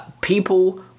People